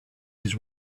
his